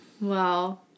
Wow